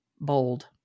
bold